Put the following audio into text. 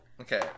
Okay